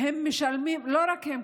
לא רק הם,